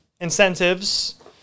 incentives